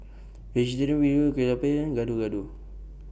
Vegetarian Bee Hoon Kueh Lapis Gado Gado